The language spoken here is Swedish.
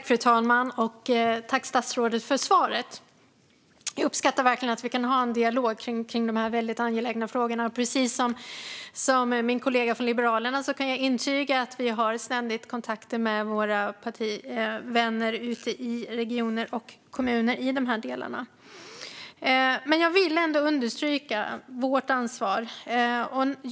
Fru talman! Tack, statsrådet, för svaret! Jag uppskattar verkligen att vi kan ha en dialog kring dessa väldigt angelägna frågor. Precis som min kollega från Liberalerna kan jag intyga att vi har ständiga kontakter med våra partivänner ute i regioner och kommuner i dessa frågor. Men jag vill ändå understryka vårt ansvar.